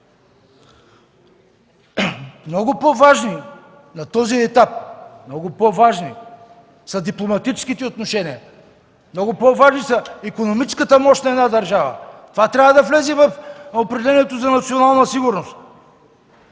Много по-важни на този етап са дипломатическите отношения, много по-важна е икономическата мощ на една държава. Това трябва да влезе в определението на националната сигурност.